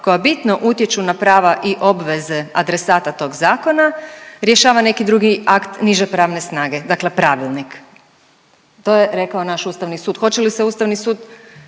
koja bitno utječu na prava i obveze adresata tog zakona, rješava neki drugi akt niže pravne snage, dakle pravilnik. To je rekao naš Ustavni sud. Hoće li se Ustavni sud